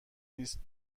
نیست